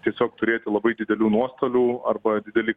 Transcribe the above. tiesiog turėti labai didelių nuostolių arba didelį